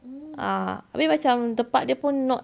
ah tapi macam tempat dia pun not